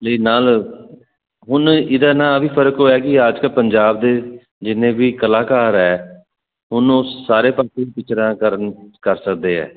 ਤੇ ਨਾਲ ਉਹਨੂੰ ਇਹਦਾ ਨਾ ਆਹ ਵੀ ਫਰਕ ਹੋਇਆ ਕਿ ਅੱਜ ਕਾ ਪੰਜਾਬ ਦੇ ਜਿੰਨੇ ਵੀ ਕਲਾਕਾਰ ਐ ਉਹਨੂੰ ਸਾਰੇ ਕਰਨ ਕਰ ਸਕਦੇ ਹੈ